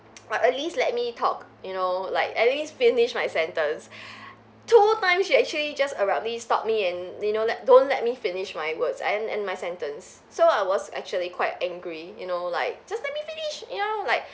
like at least let me talk you know like at least finish my sentence two times she actually just abruptly stopped me and you know like don't let me finish my words and and my sentence so I was actually quite angry you know like just let me finish you know like